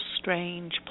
strange